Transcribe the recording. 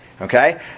Okay